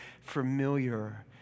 familiar